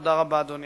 תודה רבה, אדוני